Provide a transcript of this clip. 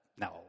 no